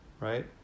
right